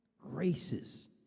races